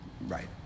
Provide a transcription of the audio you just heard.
right